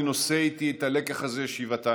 אני נושא איתי את הלקח הזה שבעתיים.